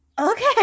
Okay